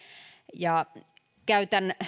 ja käytän